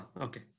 okay